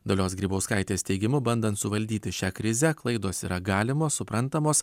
dalios grybauskaitės teigimu bandant suvaldyti šią krizę klaidos yra galimos suprantamos